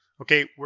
Okay